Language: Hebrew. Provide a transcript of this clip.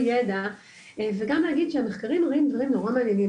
ידע וגם להגיד שהמחקרים מראים דברים נורא מעניינים.